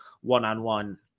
one-on-one